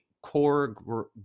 Core